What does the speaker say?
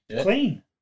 clean